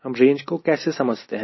हम रेंज को कैसे समझते हैं